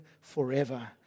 forever